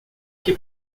que